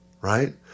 right